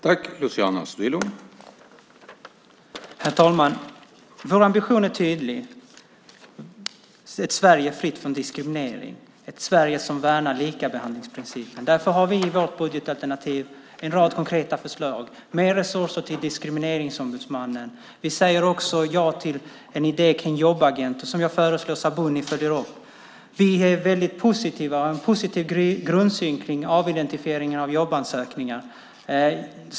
Herr talman! Vår ambition är tydlig: Ett Sverige fritt från diskriminering, ett Sverige som värnar likabehandlingsprincipen. Därför har vi i vårt budgetalternativ en rad konkreta förslag. Vi föreslår mer resurser till Diskrimineringsombudsmannen. Vi säger också ja till en idé om jobbagenter, som jag föreslår att Sabuni följer upp. Vi har en mycket positiv grundsyn på avidentifiering av jobbansökningar.